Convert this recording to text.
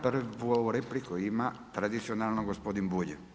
Prvu repliku ima tradicionalno gospodin Bulj.